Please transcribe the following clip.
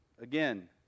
Again